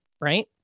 right